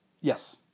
Yes